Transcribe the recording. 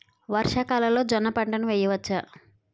వర్షాకాలంలో జోన్న పంటను వేయవచ్చా?